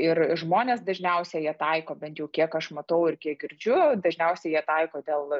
ir žmonės dažniausiai ją taiko bent jau kiek aš matau ir kiek girdžiu dažniausiai jie taiko dėl